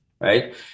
right